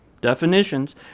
definitions